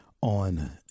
on